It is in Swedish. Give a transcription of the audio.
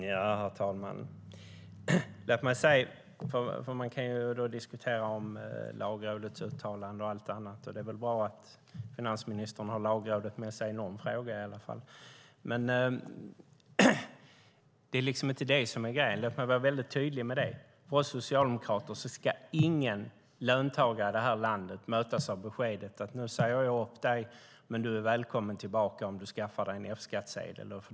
Herr talman! Man kan diskutera Lagrådets uttalande och allt annat. Det är väl bra att finansministern har Lagrådet med sig i någon fråga, i alla fall. Men det är inte det som är grejen; låt mig vara tydlig med det. För oss socialdemokrater ska ingen löntagare i detta land mötas av beskedet: Nu säger jag upp dig, men du är välkommen tillbaka om du skaffar dig en F-skattsedel.